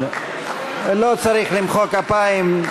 לא צריך למחוא כפיים.